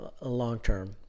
long-term